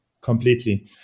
Completely